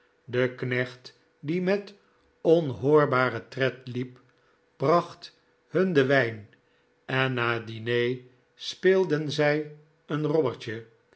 de knecht die met onhoorbaren tred liep bracht hun den wijn en na het diner speelden zij een robbertje